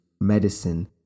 medicine